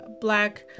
black